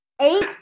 Eight